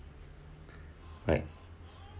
right